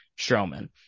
Strowman